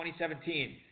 2017